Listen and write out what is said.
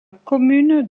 commune